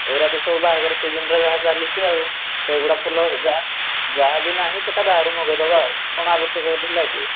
ଏଇରା ତ ସବୁ ବାହାଘର ସିଜିନ୍ରେ ଯାହା ଚାଲିଛି ଆଉ ସେଗୁଡ଼ା ଫୁଲ ଯାହା ଯାହାବି ନାହିଁ ସେଇଟା ବାହାରୁ ମଗାଇଦେବା ଆଉ କ'ଣ ଆବଶ୍ୟକ ହେଉଥିଲା କି